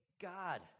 God